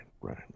right